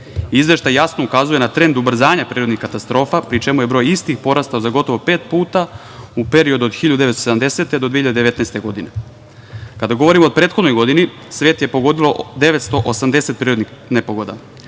Izveštaj jasno ukazuje na trend ubrzanja prirodnih katastrofa, pri čemu je broj istih porastao za gotovo pet puta u periodu od 1970. do 2019. godine. Kada govorimo o prethodnoj godini svet je pogodilo 980 prirodnih nepogoda